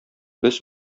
без